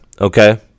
okay